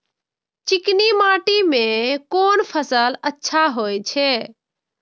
चिकनी माटी में कोन फसल अच्छा होय छे?